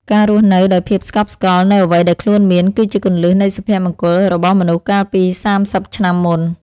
ការរស់នៅដោយភាពស្កប់ស្កល់នូវអ្វីដែលខ្លួនមាន គឺជាគន្លឹះនៃសុភមង្គលរបស់មនុស្សកាលពីសាមសិបឆ្នាំមុន។